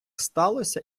сталося